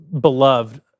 beloved